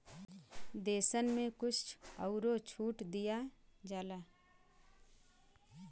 देसन मे कुछ अउरो छूट दिया जाला